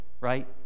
right